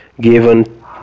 given